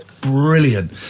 Brilliant